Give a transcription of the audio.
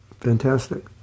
Fantastic